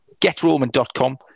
getroman.com